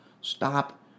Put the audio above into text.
Stop